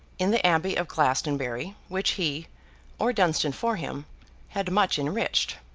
in the abbey of glastonbury, which he or dunstan for him had much enriched.